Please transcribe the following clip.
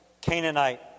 Canaanite